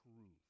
truth